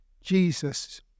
jesus